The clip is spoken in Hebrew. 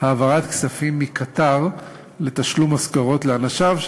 העברת כספים מקטאר לתשלום משכורות לאנשיו,